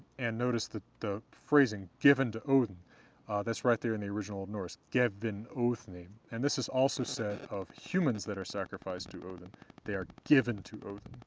and notice that the phrasing, given to odinn that's right there in the original old norse, gefinn odni, and this is also said of humans that are sacrificed to odinn they are given to odinn,